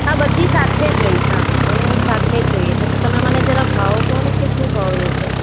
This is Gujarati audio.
હાં બધી જ સાથે જ લઈશ હા મને સાથે જ જોઈએ છે તો મને તમે જરાક ભાવ કહો ને કે શું ભાવ રહેશે